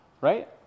right